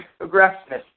aggressiveness